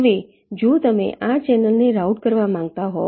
હવે જો તમે આ ચેનલને રાઉટ કરવા માંગતા હોવ